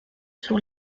sur